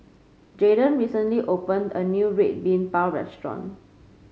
Jayden recently opened a new Red Bean Bao restaurant